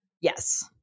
yes